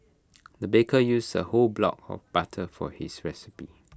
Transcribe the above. the baker used A whole block of butter for his recipe